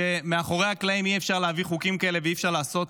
מאחורי הקלעים אי-אפשר להעביר חוקים כאלה ואי-אפשר לעשות